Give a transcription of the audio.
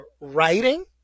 writing